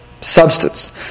substance